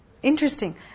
Interesting